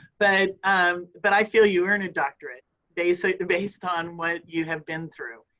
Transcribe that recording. but um but i feel you earn a doctorate based based on what you have been through.